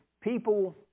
people